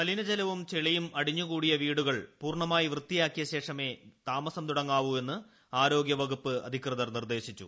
മലിനജലവും ചെളിയും അടിഞ്ഞുകൂടിയ വീടുകൾ പൂർണമായി വൃത്തിയാക്കിയ ശേഷമേ വീടുകളിൽ താമസം തുടങ്ങാവൂവെന്ന് ആരോഗ്യവകുപ്പ് അധികൃതർ നിർദ്ദേശിച്ചു